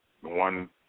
one